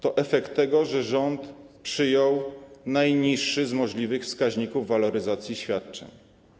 To efekt tego, że rząd przyjął najniższy z możliwych wskaźników waloryzacji świadczeń.